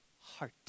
heart